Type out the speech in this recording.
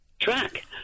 track